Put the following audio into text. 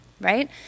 right